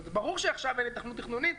ברור שעכשיו אין היתכנות תכנונית,